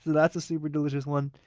that's a super delicious one.